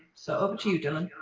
so, up to you dylan.